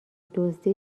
دزدی